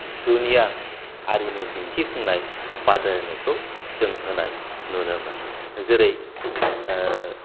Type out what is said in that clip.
जुनिया आरिमु दिन्थिफुंनाय बादायलायनायखौ जों होनाय नुनो मोनो जेरै